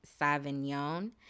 Sauvignon